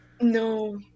No